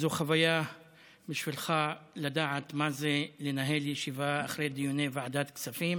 זו חוויה בשבילך לדעת מה זה לנהל ישיבה אחרי דיוני ועדת הכספים.